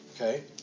Okay